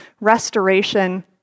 restoration